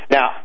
Now